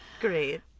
Great